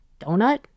Donut